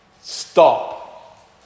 stop